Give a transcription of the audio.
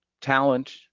talent